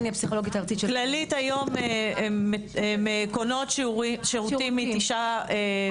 כללית היום קונות שירותים מתשעה-